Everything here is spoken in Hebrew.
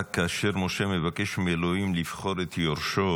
רק כאשר משה מבקש מאלוהים לבחור את יורשו,